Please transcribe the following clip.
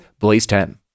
Blaze10